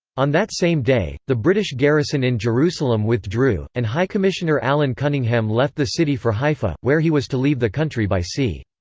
on that same day, the british garrison in jerusalem withdrew, and high commissioner alan cunningham left the city for haifa, where he was to leave the country by sea.